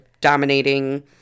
dominating